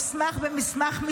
טלי, אני מסתדרת, תודה, נשמה.